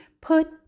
put